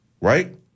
Right